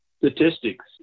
statistics